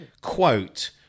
Quote